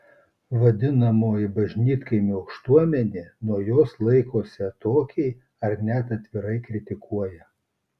vadinamoji bažnytkaimio aukštuomenė nuo jos laikosi atokiai ar net atvirai kritikuoja